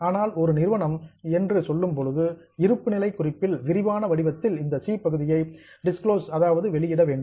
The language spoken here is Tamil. ஆனால் ஒரு நிறுவனம் என்று சொல்லும்போது இருப்புநிலை குறிப்பில் விரிவான வடிவத்தில் இந்த சி பகுதியை டிஸ்கிளோஸ் வெளியிட வேண்டும்